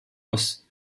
aus